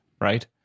right